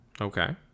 Okay